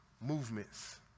movements